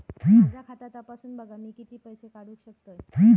माझा खाता तपासून बघा मी किती पैशे काढू शकतय?